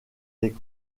des